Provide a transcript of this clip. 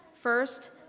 First